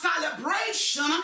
celebration